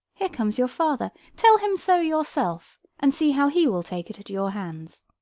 here comes your father tell him so yourself, and see how he will take it at your hands.